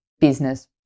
business